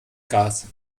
gas